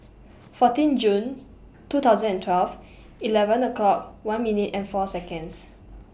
fourteen June two thousand and twelve eleven o'clock one minute and four Seconds